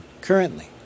currently